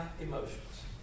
emotions